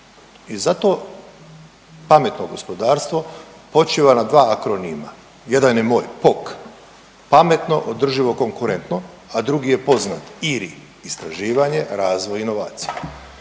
i zato pametno gospodarstvo počiva na dva akronima, jedan je moj POK - pametno, održivo, konkurentno, a drugi je poznat IRI – istraživanje, razvoj i inovacije.